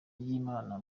ry’imana